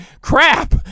crap